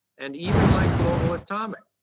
and even like global atomic.